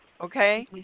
okay